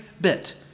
bit